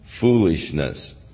foolishness